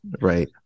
Right